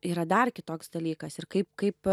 yra dar kitoks dalykas ir kaip kaip